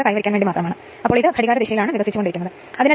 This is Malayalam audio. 03 at എന്നിങ്ങനെയുള്ള ദ്വിതീയ വിൻഡിംഗ് ആണ്